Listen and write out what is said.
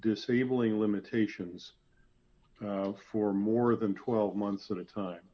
disabling limitations for more than twelve months at a time